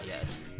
yes